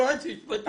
יועץ משפטי.